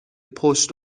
پشت